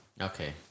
Okay